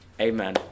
Amen